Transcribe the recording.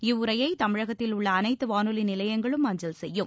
இவ்வுரையை தமிழகத்தில் உள்ள அனைத்து வானொலி நிலையங்களும் அஞ்சல் செய்யும்